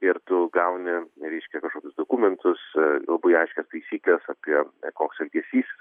ir tu gauni reiškia kažkokius dokumentus labai aiškias taisykles apie koks elgesys